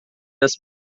das